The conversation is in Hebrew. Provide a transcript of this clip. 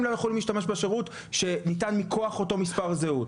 לא יכולים להשתמש בשירות שניתן מכוח אותו מספר זהות.